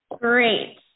Great